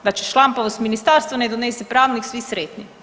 Znači šlampavost ministarstva ne donese pravnik svi sretni.